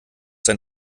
sein